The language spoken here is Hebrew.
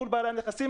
מול בעלי הנכסים.